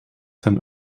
ten